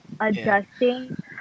adjusting